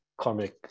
karmic